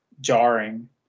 jarring